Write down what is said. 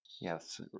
Yes